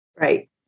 Right